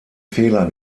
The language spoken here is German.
fehler